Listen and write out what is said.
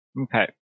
Okay